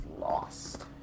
lost